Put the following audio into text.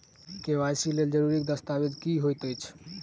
KYC लेल जरूरी दस्तावेज की होइत अछि?